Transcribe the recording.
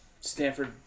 Stanford